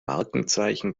markenzeichen